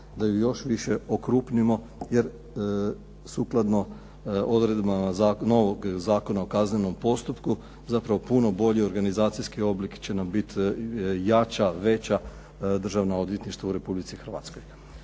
da ju još više okrupnimo, jer sukladno odredbama novog Zakona o kaznenom postupku zapravo puno bolje organizacijski oblik će nam biti jača, veća državna odvjetništva u Republici Hrvatskoj.